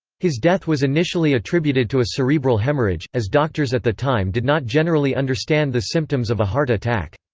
his death was initially attributed to a cerebral hemorrhage, as doctors at the time did not generally understand the symptoms of a heart attack.